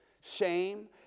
shame